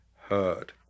heard